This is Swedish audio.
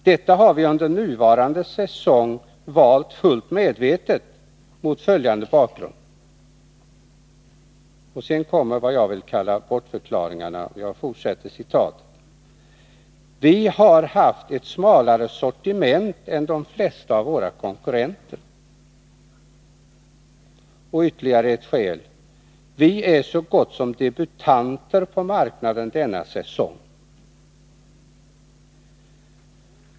Detta har vi under nuvarande säsong valt fullt medvetet mot följande bakgrund.” Sedan kommer vad jag vill kalla bortförklaringar: ”Vi har haft ett smalare sortiment än de flesta av våra konkurrenter” och ”Vi är så gott som debutanter på marknaden denna säsong”.